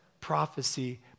prophecy